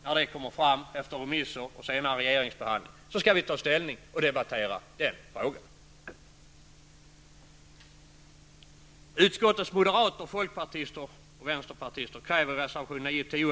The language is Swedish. När det kommer fram efter remisser och senare regeringsbehandling, så skall vi debattera och ta ställning i frågan.